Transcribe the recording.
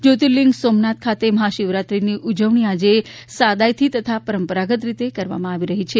જયોતિર્લીંગ સોમનાથ ખાતે મહાશિવરાત્રીની ઉજવણી આજે સાદાઇથી તથા પરંપરાગત રીતે કરવામાં આવી રહી છે